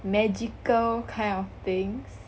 magical kind of things